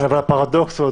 אבל הפרדוקס הוא,